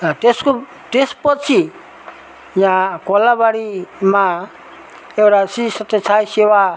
त्यसको त्यसपछि यहाँ कोलाबारीमा एउटा श्री सत्य साई सेवा